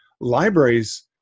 Libraries